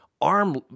arm